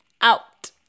out